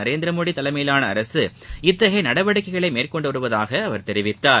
நரேந்திரமோடி தலைமையிலாள அரசு இத்தகைய நடவடிக்கைகளை மேற்கொண்டு வருவதாக அவர் தெரிவித்தார்